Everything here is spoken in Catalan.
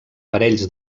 parells